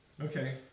Okay